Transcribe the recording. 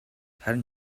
харин